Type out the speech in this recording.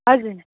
हजुर